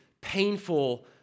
painful